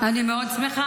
אני מאוד שמחה,